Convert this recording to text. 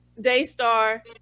Daystar